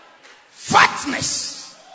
fatness